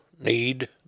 need